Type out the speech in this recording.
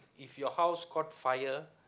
if your house caught fire